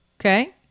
Okay